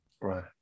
Right